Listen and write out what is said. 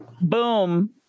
Boom